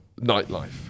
nightlife